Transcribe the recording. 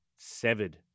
severed